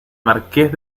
marqués